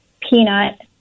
peanut